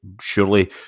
surely